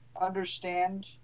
Understand